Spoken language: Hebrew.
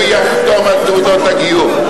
הוא יחתום על תעודות הגיור.